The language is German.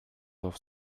auf